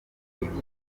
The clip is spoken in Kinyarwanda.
ibifite